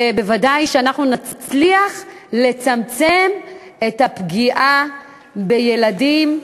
הרי ודאי שנצליח לצמצם את הפגיעה בילדים.